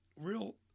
real